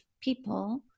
people